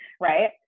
right